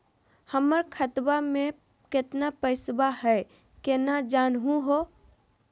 हमर खतवा मे केतना पैसवा हई, केना जानहु हो?